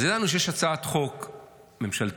אז ידענו שיש הצעת חוק ממשלתית,